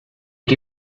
que